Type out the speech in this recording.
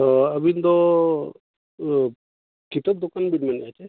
ᱚ ᱟᱹᱵᱤᱱ ᱫᱚ ᱤᱭᱟᱹ ᱠᱤᱛᱟᱹᱵ ᱫᱚᱠᱟᱱ ᱵᱮᱱ ᱢᱮᱱᱮᱫᱟ ᱥᱮ